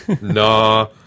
Nah